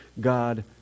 God